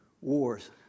wars